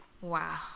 Wow